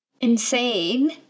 insane